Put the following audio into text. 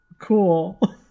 cool